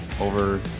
over